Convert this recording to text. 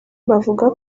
bavuga